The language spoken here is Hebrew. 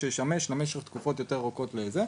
שישמש למשך תקופות יותר ארוכות לשכירות.